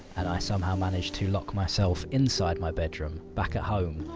and i somehow managed to lock myself inside my bedroom, back at home.